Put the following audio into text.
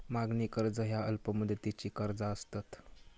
मागणी कर्ज ह्या अल्प मुदतीची कर्जा असतत